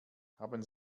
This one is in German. haben